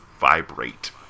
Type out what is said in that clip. vibrate